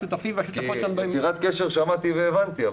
לגבי יצירת קשר שמעתי והבנתי,